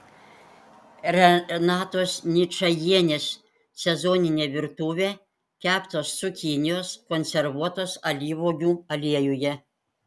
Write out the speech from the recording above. renatos ničajienės sezoninė virtuvė keptos cukinijos konservuotos alyvuogių aliejuje